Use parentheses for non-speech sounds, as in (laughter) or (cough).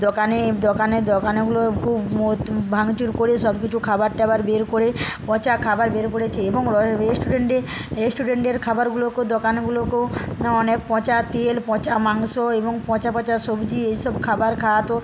দোকানে দোকানে দোকানেগুলো খুব (unintelligible) ভাঙচুর করে সব কিছু খাবার টাবার বের করে পচা খাবার বের করেছে এবং রেস্টুরেন্টে রেস্টুরেন্টের খাবারগুলোকেও দোকানগুলোতেও অনেক পচা তেল পচা মাংস এবং পচা পচা সবজি এই সব খাবার খাওয়াতো